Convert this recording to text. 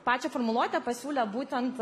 pačią formuluotę pasiūlė būtent